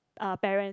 uh parent